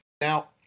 now